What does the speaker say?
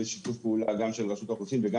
זה שיתוף פעולה גם של רשות האוכלוסין וגם